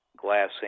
glassing